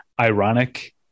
ironic